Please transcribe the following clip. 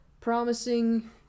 Promising